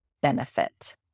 benefit